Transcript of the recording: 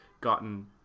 gotten